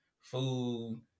food